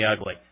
ugly